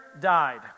died